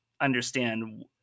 understand